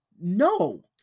no